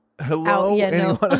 hello